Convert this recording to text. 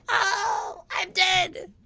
oh! i'm dead!